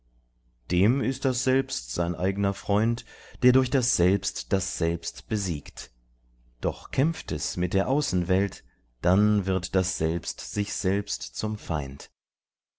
dem ist das selbst sein eigner freund der durch das selbst das selbst besiegt doch kämpft es mit der außenwelt dann wird das selbst sich selbst zum feind